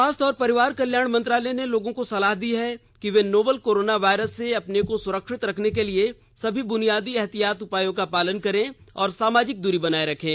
स्वास्थ्य और परिवार कल्याण मंत्रालय ने लोगों को सलाह दी है कि वे नोवल कोरोना वायरस से अपने को सुरक्षित रखने के लिए सभी बुनियादी एहतियाती उपायों का पालन करें और सामाजिक दूरी बनाए रखें